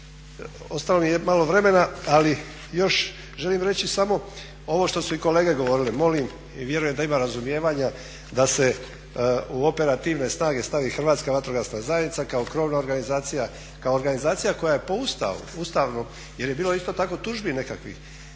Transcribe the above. Ostalo mi je malo vremena, ali još želim reći samo ovo što su i kolege govorile. Molim i vjerujem da ima razumijevanja da se u operativne snage stavi Hrvatska vatrogasna zajednica kao krovna organizacija, kao organizacija koja je po Ustavu jer je bilo isto tako tužbi nekakvih